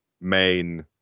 main